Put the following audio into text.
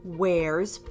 wears